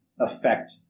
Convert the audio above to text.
affect